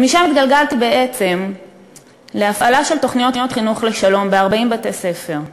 ומשם התגלגלתי בעצם להפעלה של תוכניות חינוך לשלום ב-40 בתי-ספר,